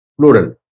plural